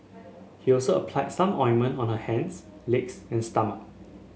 he also applied some ointment on her hands legs and stomach